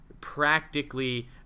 practically